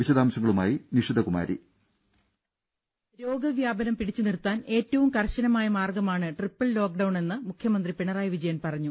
വിശദാംശങ്ങളുമായി നിഷിതകുമാരി ദര രോഗവ്യാപനം പിടിച്ചുനിർത്താൻ ഏറ്റവും കർശനമായ മാർഗമാണ് ട്രിപ്പിൾ ലോക്ഡൌണെന്ന് മുഖ്യമന്ത്രി പിണറായി വിജയൻ പറഞ്ഞു